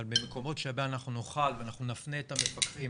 אבל במקומות שנוכל ונפנה את המפקחים